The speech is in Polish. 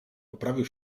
poprawił